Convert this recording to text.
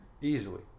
Easily